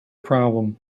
problem